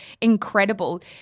incredible